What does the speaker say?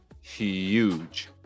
huge